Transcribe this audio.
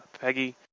peggy